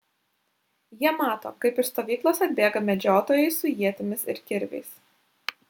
jie mato kaip iš stovyklos atbėga medžiotojai su ietimis ir kirviais